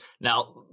Now